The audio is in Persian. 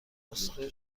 نسخه